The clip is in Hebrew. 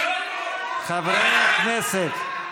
חברי הכנסת.